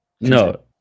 No